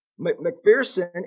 McPherson